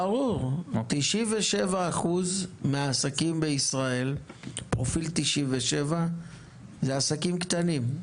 97% מהעסקים בישראל הם עסקים קטנים.